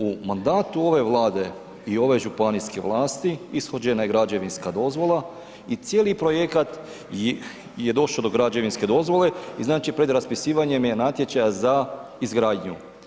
U mandatu ove Vlade i ove županijske vlasti ishođena je građevinska dozvola i cijeli projekat je došao do građevinske dozvole i znači pred raspisivanjem je natječaja za izgradnju.